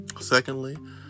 Secondly